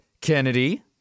kennedy